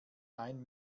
ein